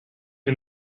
you